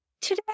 Today